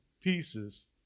pieces